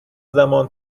زمان